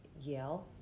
Yale